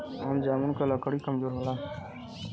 आम जामुन क लकड़ी कमजोर होला